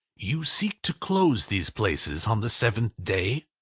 you seek to close these places on the seventh day?